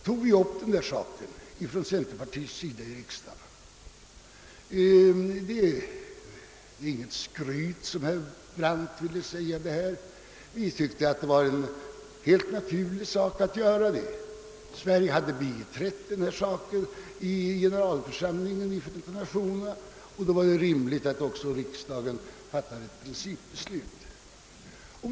Centerpartiet tog upp denna regel i riksdagen — det är inget skryt att påstå det, som herr Brandt sade. Vi tyckte det var helt naturligt att göra det. Sverige hade biträtt regeln i generalförsamlingen, och då var det rimligt alt riksdagen fattade ett principbeslut därom.